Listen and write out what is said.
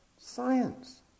science